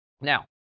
Now